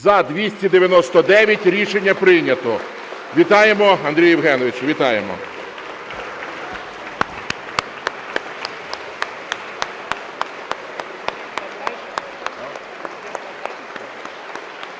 За-299 Рішення прийнято. Вітаємо, Андрій Євгенович, вітаємо!